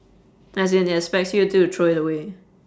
as in he expects you to throw it away